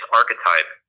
archetype